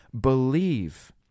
believe